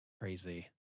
Crazy